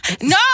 No